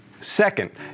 Second